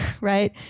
Right